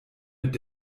mit